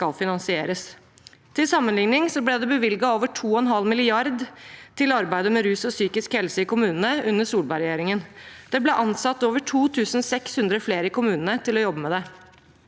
Til sammenlikning ble det bevilget over 2,5 mrd. kr til arbeidet med rus og psykisk helse i kommunene under Solberg-regjeringen. Det ble ansatt over 2 600 flere i kommunene til å jobbe med det.